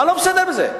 מה לא בסדר בזה?